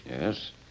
Yes